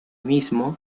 mismo